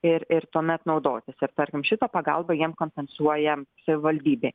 ir ir tuomet naudotis ir tarkim šitą pagalbą jiem kompensuoja savivaldybė